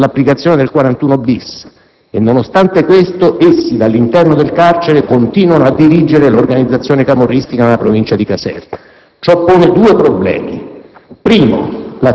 entrambi sottoposti all'applicazione dell'articolo 41-*bis*. E, nonostante questo, essi, dall'interno del carcere, continuano a dirigere l'organizzazione camorristica nella Provincia di Caserta. Ciò pone due problemi: